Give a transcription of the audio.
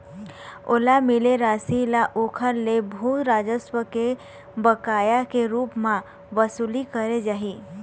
ओला मिले रासि ल ओखर ले भू राजस्व के बकाया के रुप म बसूली करे जाही